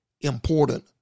important